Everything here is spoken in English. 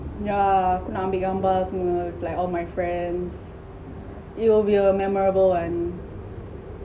yeah aku nak ambil gambar semua with like all my friends it will be memorable and